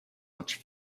much